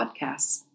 podcasts